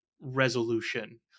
resolution